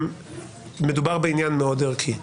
מדובר בעניין מאוד ערכי.